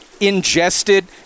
ingested